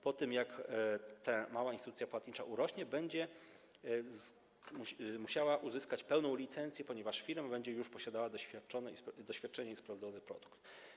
Po tym, jak mała instytucja płatnicza urośnie, będzie musiała uzyskać pełną licencję, ponieważ firma będzie już posiadała doświadczenie i sprawdzony produkt.